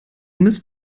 mist